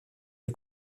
les